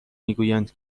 میگویند